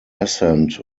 assent